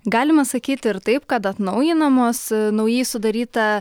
galima sakyti ir taip kad atnaujinamos naujai sudaryta